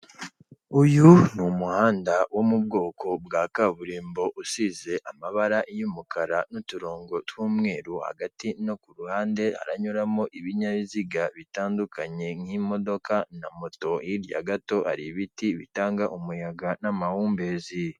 Uyu ni umuhanda wo mu bwoko bwa kaburimbo, usize amabara y'umukara n'uturongo tw'umweru hagati no ku ruhande, haranyuramo ibinyabiziga bitandukanye nk'imodoka na moto, hirya gato hari ibiti bitanga umuyaga n'amahumbezi.